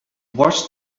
watched